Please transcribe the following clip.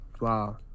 wow